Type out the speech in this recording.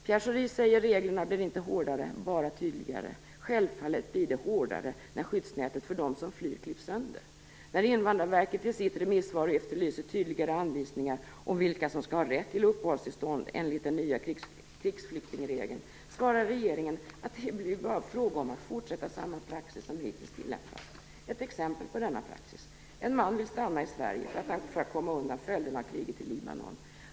Pierre Schori säger: Reglerna blir inte hårdare, bara tydligare. Självfallet blir det hårdare när skyddsnätet för dem som flyr klipps sönder. När Invandrarverket i sitt remissvar efterlyser tydligare anvisningar om vilka som skall ha rätt till uppehållstillstånd enligt den nya krigsflyktingregeln svarar regeringen att det ju bara blir fråga om att fortsätta samma praxis som man hittills har tillämpat. Här följer ett exempel på denna praxis: En man ville stanna i Sverige för att komma undan följderna av kriget i Libanon.